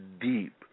deep